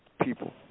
people